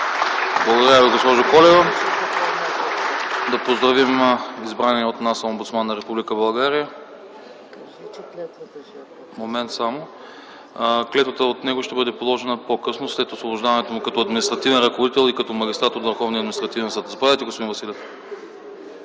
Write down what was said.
Благодаря Ви, госпожо Колева. Да поздравим избрания от нас омбудсман на Република България! Клетвата от него ще бъде положена по-късно, след освобождаването му като административен ръководител и като магистрат от Върховния административен съд. Заповядайте, господин Василев.